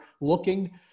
looking